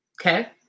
Okay